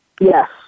Yes